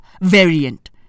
variant